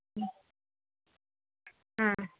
ಹ್ಞೂ ಹಾಂ